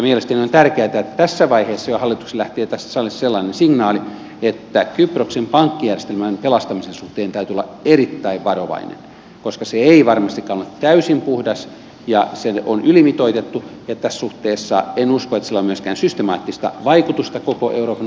mielestäni on tärkeätä että tässä vaiheessa jo hallitukselle lähtee tästä salista sellainen signaali että kyproksen pankkijärjestelmän pelastamisen suhteen täytyy olla erittäin varovainen koska se ei varmastikaan ole täysin puhdas ja se on ylimitoitettu ja tässä suhteessa en usko että sillä on myöskään systemaattista vaikutusta koko euroopan unionin rahoitusjärjestelmään